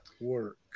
work